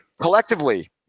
collectively